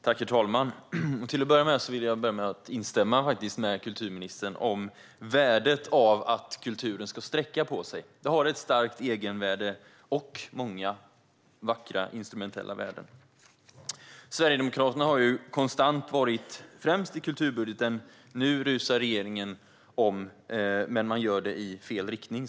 Herr talman! Jag vill börja med att instämma med kulturministern om värdet av att kulturen ska sträcka på sig. Den har ett starkt egenvärde och många vackra instrumentella värden. Sverigedemokraterna har konstant varit främst i kulturbudgeten. Nu rusar regeringen om, men den gör det, som nämnts, i fel riktning.